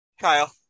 Kyle